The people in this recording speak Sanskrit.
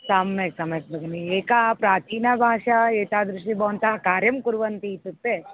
सम्यक् सम्यक् भगिनि एका प्राचीनभाषा एतादृशी भवन्तः कार्यं कुर्वन्ति इत्युक्ते